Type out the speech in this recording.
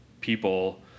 people